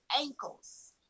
ankles